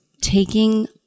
taking